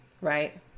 right